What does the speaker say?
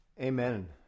Amen